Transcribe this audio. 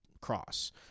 cross